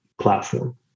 platform